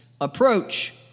approach